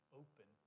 open